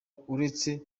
uretse